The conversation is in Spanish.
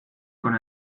con